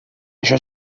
això